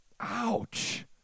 Ouch